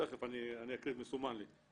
תיכף אני אקריא, מסומן לי.